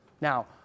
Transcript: Now